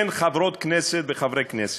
כן, חברות כנסת וחברי כנסת,